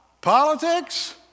politics